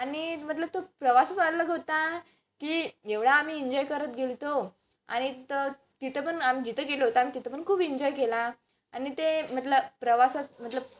आणि मतलब तो प्रवासच अल्लग होता की एवढा आम्ही इन्जॉय करत गेलो होतो आणि तर तिथं पण आम्ही जिथं गेलो होतो आम्ही तिथं पण खूप इंजॉय केला आणि ते मतलब प्रवासात मतलब